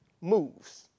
moves